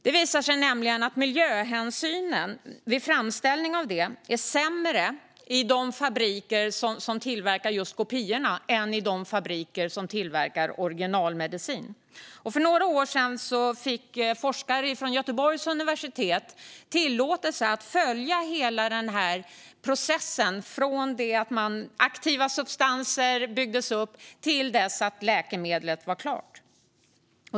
Det visar sig nämligen att miljöhänsynen är sämre i de fabriker som tillverkar just kopiorna än i de fabriker som tillverkar originalmedicin. För några år sedan fick forskare från Göteborgs universitet tillåtelse att följa hela processen från det att aktiva substanser byggdes upp till dess att läkemedlet var klart.